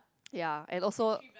ya and also